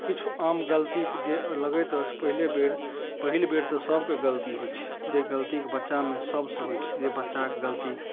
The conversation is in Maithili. किछु आम गलतीके जे लगैत अछि पहिले बेर पहिल बेर तऽ सबके गलती होइ छै जे गलतीके बच्चामे सबसँ होइ छै जे बच्चाके गलती